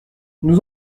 nous